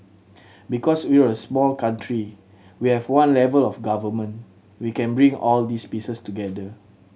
because we're a small country we have one level of Government we can bring all these pieces together